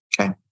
Okay